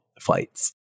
flights